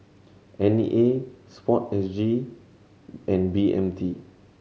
N E A Sport S G and B M T